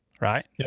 Right